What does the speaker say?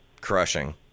crushing